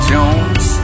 Jones